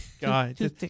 God